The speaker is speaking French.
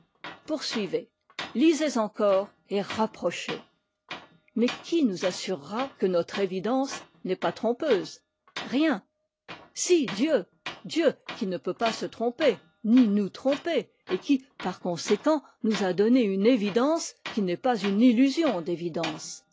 poursuivez lisez encore et rapprochez mais qui nous assurera que notre évidence n'est pas trompeuse rien si dieu dieu qui ne peut pas se tromper ni nous tromper et qui par conséquent nous a donné une évidence qui n'est pas une illusion d'évidence